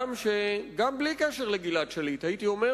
אדם שגם בלי קשר לגלעד שליט הייתי אומר